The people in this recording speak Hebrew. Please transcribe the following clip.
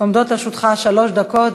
עומדות לרשותך שלוש דקות,